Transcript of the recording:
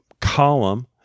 column